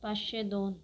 पाचशे दोन